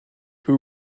who